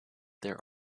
there